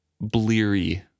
bleary